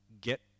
Get